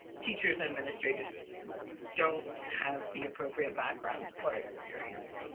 teachers and administrators don't have the appropriate background or experience.